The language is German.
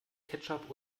ketchup